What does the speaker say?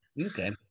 Okay